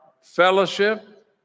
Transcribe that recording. fellowship